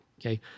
Okay